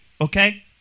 okay